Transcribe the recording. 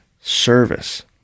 service